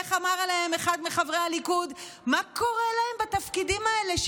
שאיך אמר עליהם אחד מחברי הליכוד: מה קורה להם בתפקידים האלה,